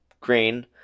green